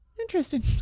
interesting